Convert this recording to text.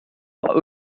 war